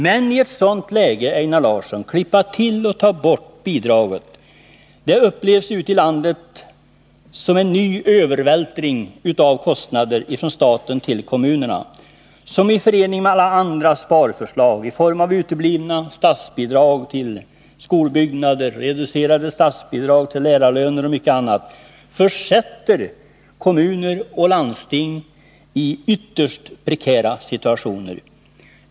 Att i ett sådant läge, Einar Larsson, klippa till och ta bort bidraget upplevs ute i landet som en ny övervältring av kostnader från staten på kommunerna. I förening med alla andra sparförslag — uteblivna statsbidrag till skolbyggnader, reducerade statsbidrag till lärarlöner och mycket annat — försätter detta kommuner och landsting i ytterst prekära situationer.